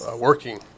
working